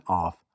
off